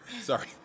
Sorry